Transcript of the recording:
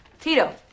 Tito